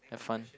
have fun